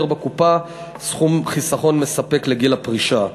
בקופה סכום חיסכון מספק לגיל הפרישה,